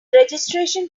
registration